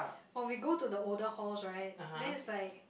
or we go to the older horse right then it's like